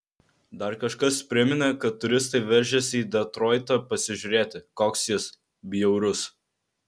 dar kažkas priminė kad turistai veržiasi į detroitą pasižiūrėti koks jis bjaurus